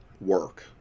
work